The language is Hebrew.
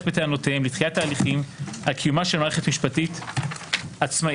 בטענותיהם לדחיית ההליכים על קיומה של מערכת משפטית עצמאית,